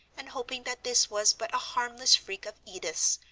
and hoping that this was but a harmless freak of edith's,